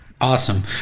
Awesome